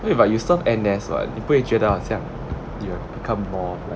wait but you served N_S what 你不会觉得好像 you know become more like